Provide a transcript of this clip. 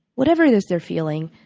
whatever it is they're feeling,